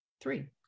three